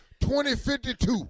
2052